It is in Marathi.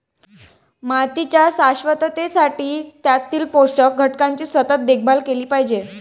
मातीच्या शाश्वततेसाठी त्यातील पोषक घटकांची सतत देखभाल केली पाहिजे